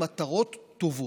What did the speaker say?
למטרות טובות,